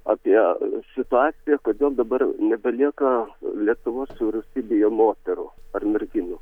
apie situaciją kodėl dabar nebelieka lietuvos vyriausybėje moterų ar merginų